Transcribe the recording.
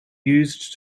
used